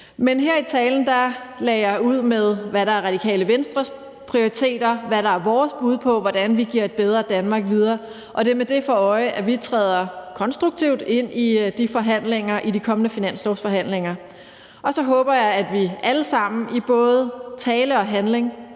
Men her i talen lagde jeg ud med, hvad der er Radikale Venstres prioriteter, hvad der er vores bud på, hvordan vi giver et bedre Danmark videre, og det er med det for øje, at vi træder konstruktivt ind i de kommende finanslovsforhandlinger, og så håber jeg, at vi alle sammen i både tale og handling